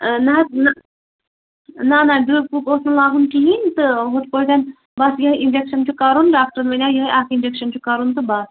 ٲں نا حظ نہ نا نا ڈرٕپ ووٕپ اوس نہٕ لاگُن کِہیٖنٛۍ تہٕ ہُتھٕ پٲٹھۍ بَس یِہَے اِنٛجَیٚکشَن چھُ کَرُن ڈاکٹرن وَنیٛوے یِہَے اَکھ اِنٛجَیٚکشَن چھُ کَرُن تہٕ بَس